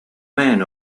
man